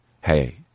Hey